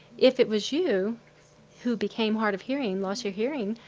if it was you who became hard of hearing, lost your hearing,